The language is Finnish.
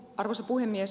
arvoisa puhemies